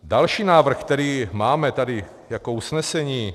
Další návrh, který máme tady jako usnesení.